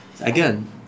Again